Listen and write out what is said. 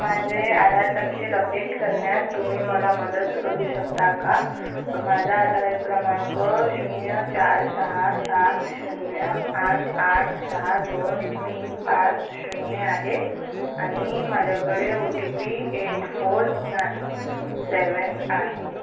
माझे आधार तपशील अपडेट करण्यात तुम्ही मला मदत करू शकता का अ माझा आधार क्रमांक शून्य चार सहा सात शून्य आठ आठ सहा दोन तीन पाच शून्य आहे आणि माझ्याकडे O T P eight four ना सेवेन आहे